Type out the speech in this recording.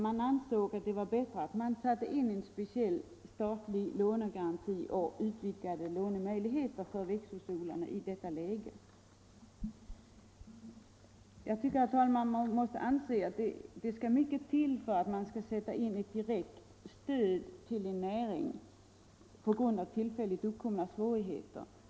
De ansåg att det var bättre att man satte in en speciell statlig lånegaranti och utvidgade lånemöjligheterna för växthusodlarna i detta läge. Jag anser, herr talman, att det måste mycket till för att man skall sätta in ett direkt stöd till en näring på grund av tillfälligt uppkomna svårigheter.